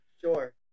Sure